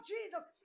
Jesus